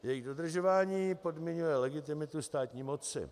Jejich dodržování podmiňuje legitimitu státní moci.